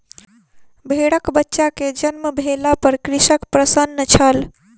भेड़कबच्चा के जन्म भेला पर कृषक प्रसन्न छल